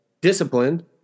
disciplined